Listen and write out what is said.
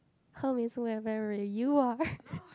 how means we are very you are